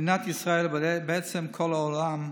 מדינת ישראל, בעצם כל העולם,